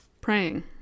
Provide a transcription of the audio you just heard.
praying